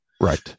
Right